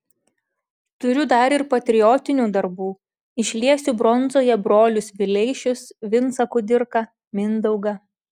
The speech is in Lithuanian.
turiu dar ir patriotinių darbų išliesiu bronzoje brolius vileišius vincą kudirką mindaugą